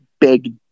big